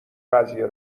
قضیه